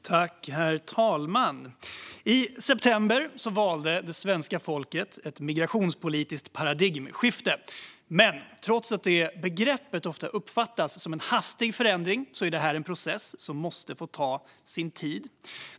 Herr talman! I september valde svenska folket ett migrationspolitiskt paradigmskifte, men trots att det begreppet ofta uppfattas som en hastig förändring är det en process som måste få ta sin tid.